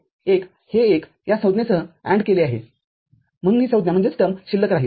तर हे १ हे १ या संज्ञेसह AND केले आहेम्हणून ही संज्ञा शिल्लक राहील